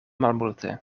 malmulte